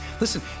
Listen